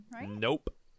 nope